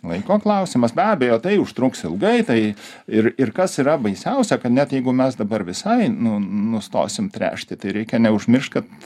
laiko klausimas be abejo tai užtruks ilgai tai ir ir kas yra baisiausia kad net jeigu mes dabar visai nu nustosim tręšti tai reikia neužmiršt kad